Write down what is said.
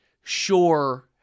sure